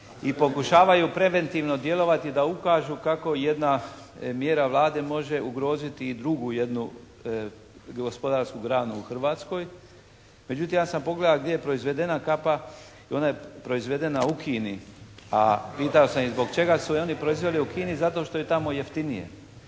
i pokušavaju preventivno djelovati da ukažu kako jedna mjera Vlade može ugroziti i drugu jednu gospodarsku granu u Hrvatskoj. Međutim, ja sam pogledao gdje je proizvedena kapa i ona je proizvedena u Kini. A pitao sam zbog čega su je oni proizveli u Kini? Zato što je tamo jeftinije.